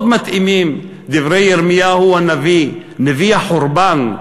מאוד מתאימים דברי ירמיהו הנביא, נביא החורבן,